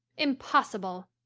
impossible!